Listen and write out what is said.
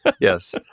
Yes